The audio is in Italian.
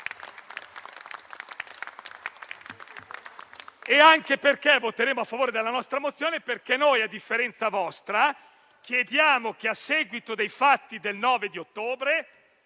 Voteremo a favore della nostra mozione, perché noi, a differenza vostra, chiediamo che a seguito dei fatti del 9 ottobre